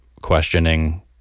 questioning